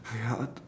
very hard